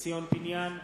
ציון פיניאן,